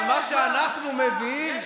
אבל מה שאנחנו מביאים,